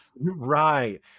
Right